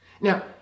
Now